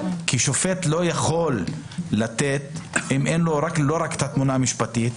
כי שופט לא יכול לתת אם אין לו לא רק את התמונה המשפטית,